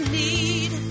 need